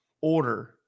order